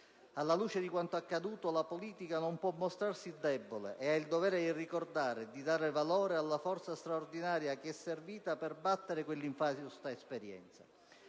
Alla luce di quanto accaduto, la politica non può mostrarsi debole e ha il dovere di ricordare e di dare valore alla forza straordinaria che è servita per battere quell'infausta esperienza.